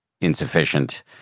insufficient